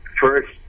First